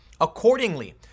Accordingly